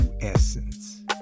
essence